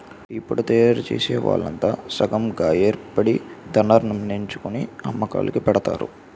టీపొడిని తయారుచేసే వాళ్లంతా సంగం గాయేర్పడి ధరణిర్ణించుకొని అమ్మకాలుకి పెడతారు